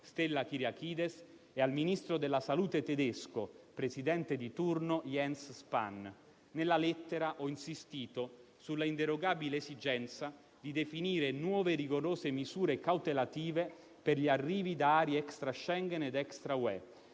Stella Kyriakides e al ministro della salute tedesco, presidente di turno, Jens Spahn. Nella lettera ho insistito sull'inderogabile esigenza di definire nuove, rigorose misure cautelative per gli arrivi da aree extra-Schengen ed extra-UE,